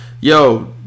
Yo